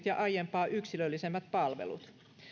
ja aiempaa yksilöllisemmät palvelut